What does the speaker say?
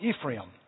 Ephraim